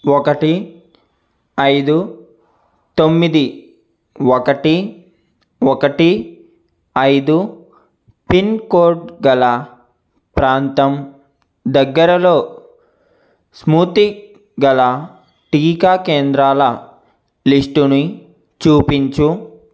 ఒకటి ఐదు తొమ్మిది ఒకటి ఒకటి ఐదు పిన్కోడ్ గల ప్రాంతం దగ్గరలో స్ముతిక్ గల టీకా కేంద్రాల లిస్టుని చూపించు